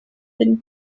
been